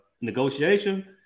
negotiation –